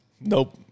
Nope